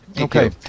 Okay